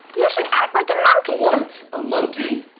you should act like a monkey. what, a monkey?